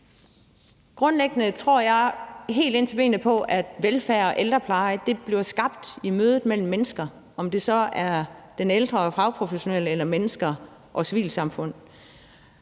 Grundlæggende tror jeg helt ind til benet på, at velfærd og ældrepleje bliver skabt i mødet mellem mennesker, om det så er mellem den ældre og den fagprofessionelle eller mellem mennesker og civilsamfundet.